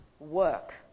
work